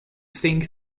think